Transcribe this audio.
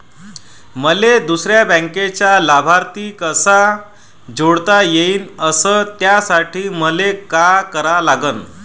मले दुसऱ्या बँकेचा लाभार्थी कसा जोडता येईन, अस त्यासाठी मले का करा लागन?